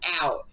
out